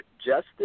justice